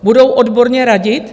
Budou odborně radit?